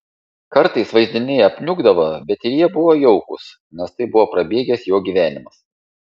kartais vaizdiniai apniukdavo bet ir jie buvo jaukūs nes tai buvo prabėgęs jo gyvenimas